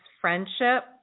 friendship